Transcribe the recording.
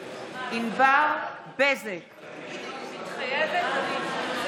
שנה אחרי שבית ראשון נחרב, אבל בית שני,